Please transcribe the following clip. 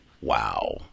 wow